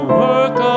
work